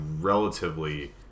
relatively